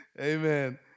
Amen